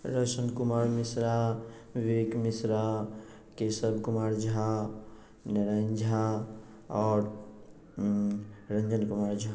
रोशन कुमार मिश्रा विवेक मिश्रा केशव कुमार झा नारायण झा और रंजन कुमार झा